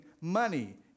money